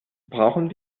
brauchen